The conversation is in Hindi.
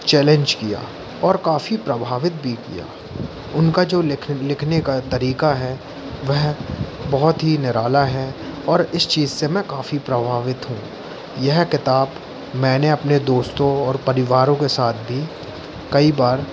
चैलेंज किया और काफ़ी प्रभावित भी किया उनका जो लिख लिखने का तरीका है वह बहुत ही निराला है और इस चीज़ से मैं काफ़ी प्रभावित हूँ यह किताब मैंने अपने दोस्तों और परिवारों के साथ भी कई बार